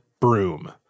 broom